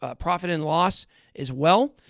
ah profit and loss as well.